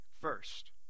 First